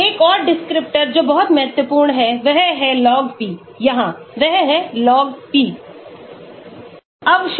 एक और descriptor जो बहुत महत्वपूर्ण है वह है Log P यहां वह है Log P